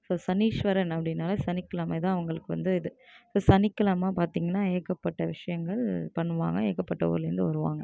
இப்போ சனீஸ்வரன் அப்படின்னாவே சனிக்கிழமை தான் அவங்களுக்கு வந்து இது இப்போ சனிக்கிழமை பார்த்திங்கன்னா ஏகப்பட்ட விஷயங்கள் பண்ணுவாங்க ஏகப்பட்ட ஊருலந்து வருவாங்க